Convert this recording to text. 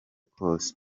kose